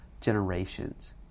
generations